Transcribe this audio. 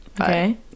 Okay